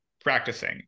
practicing